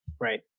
Right